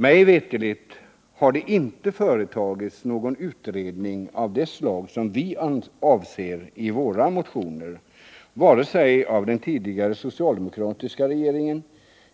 Mig veterligt har det inte företagits någon utredning av det slag som vi avser i våra motioner — inte av den tidigare socialdemokratiska regeringen,